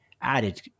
added